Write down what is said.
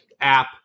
app